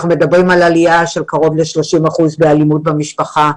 אנחנו מדברים על עלייה של קרוב ל-30 אחוזים באלימות במשפחה,